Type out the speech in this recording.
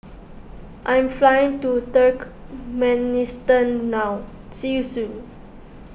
I'm flying to Turkmenistan now see you soon